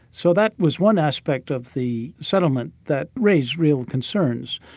so that was one aspect of the settlement that raised real concerns.